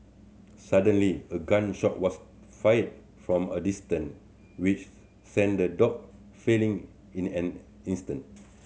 suddenly a gun shot was fired from a distance which sent the dog fleeing in an instant